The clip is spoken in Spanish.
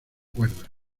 cuerdas